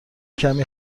کمی